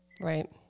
Right